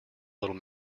little